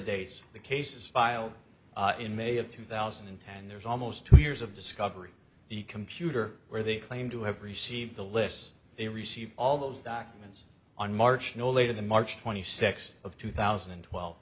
dates the cases filed in may of two thousand and ten and there's almost two years of discovery the computer where they claim to have received the lists they received all those documents on march no later than march twenty sixth of two thousand and